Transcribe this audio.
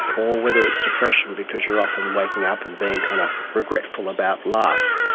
or whether it's depression because you are often waking up and being kind of regretful about life.